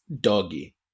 doggy